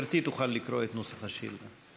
גברתי תוכל לקרוא את נוסח השאילתה.